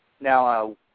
Now